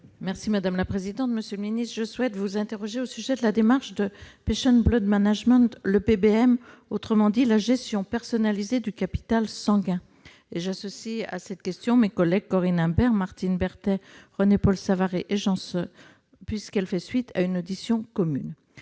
et de la santé. Monsieur le secrétaire d'État, je souhaite vous interroger au sujet de la démarche dite du « patient blood management » (PBM), autrement dit la gestion personnalisée du capital sanguin. J'associe à cette question mes collègues Corinne Imbert, Martine Berthet, René-Paul Savary et Jean Sol, puisqu'elle fait suite à une audition commune